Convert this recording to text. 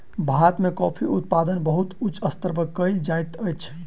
भारत में कॉफ़ी उत्पादन बहुत उच्च स्तर पर कयल जाइत अछि